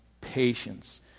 patience